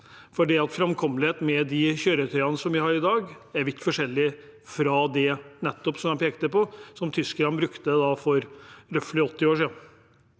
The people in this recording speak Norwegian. for framkommelighet med de kjøretøyene vi har i dag, er vidt forskjellig fra det jeg nettopp pekte på, som tyskerne brukte for omtrent 80 år siden.